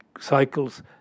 cycles